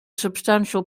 substantial